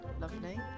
lovely